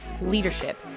leadership